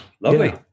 lovely